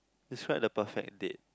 describe the perfect date